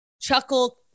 Chuckle